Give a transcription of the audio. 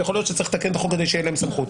יכול להיות שצריך לתקן את החוק שתהיה להם סמכות.